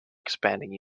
expanding